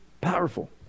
Powerful